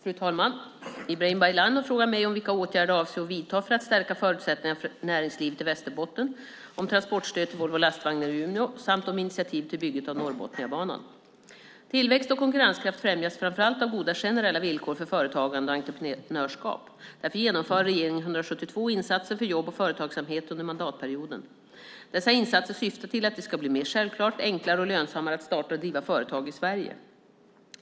Fru talman! Ibrahim Baylan har frågat mig om vilka åtgärder jag avser att vidta för att stärka förutsättningarna för näringslivet i Västerbotten, om transportstödet till Volvo Lastvagnar i Umeå samt om initiativ till bygget av Norrbotniabanan. Tillväxt och konkurrenskraft främjas framför allt av goda generella villkor för företagande och entreprenörskap. Därför genomför regeringen 172 insatser för jobb och företagsamhet under mandatperioden. Dessa insatser syftar till att det ska bli mer självklart, enklare och lönsammare att starta och driva företag i Sverige.